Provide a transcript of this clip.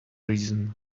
reason